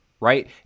right